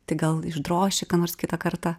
tai gal išdroši ką nors kitą kartą